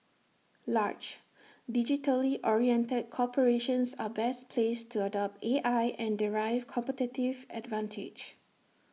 large digitally oriented corporations are best placed to adopt A I and derive competitive advantage